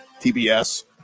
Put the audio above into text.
TBS